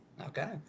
Okay